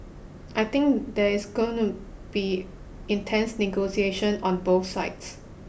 I think there is gonna be intense negotiation on both sides